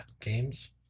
games